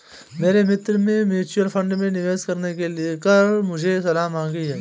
मेरे मित्र ने म्यूच्यूअल फंड में निवेश करने को लेकर मुझसे सलाह मांगी है